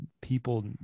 people